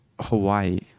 Hawaii